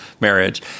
marriage